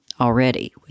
already